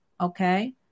okay